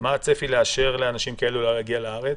הצפי לאשר לאנשים כאלה להגיע לארץ?